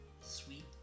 Sweet